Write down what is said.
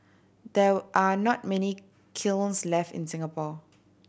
there are not many kilns left in Singapore